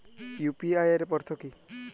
UPI এর অর্থ কি?